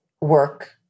work